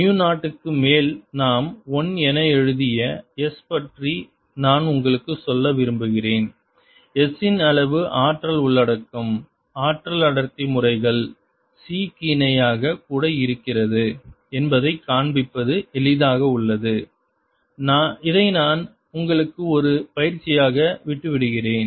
mu 0 க்கு மேல் நாம் 1 என எழுதிய S பற்றி நான் உங்களுக்கு சொல்ல விரும்புகிறேன் S ன் அளவு ஆற்றல் உள்ளடக்கம் ஆற்றல் அடர்த்தி முறைகள் C க்கு இணையாக கூட இருக்கிறது என்பதை காண்பிப்பது எளிதாக உள்ளது இதை நான் உங்களுக்கு ஒரு பயிற்சியாக விட்டுவிடுகிறேன்